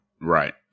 Right